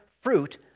fruit